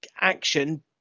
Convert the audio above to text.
action